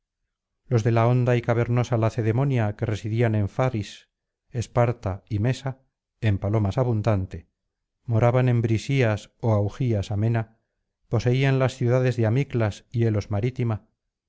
los de la honda y cavernosa lacedemonia que residían en parís esparta y mesa en palomas abundante moraban en brisías ó augías amena poseían las ciudades de amidas y helos marítima